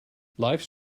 lifes